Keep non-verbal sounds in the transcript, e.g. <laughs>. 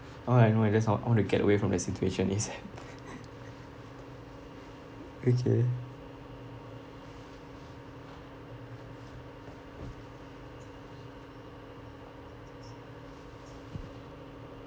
all I know I just want I want to get away from that situation is <laughs> okay